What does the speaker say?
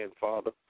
Father